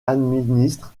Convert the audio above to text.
administre